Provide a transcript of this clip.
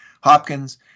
Hopkins